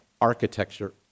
architecture